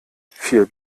viel